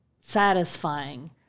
satisfying